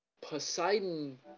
Poseidon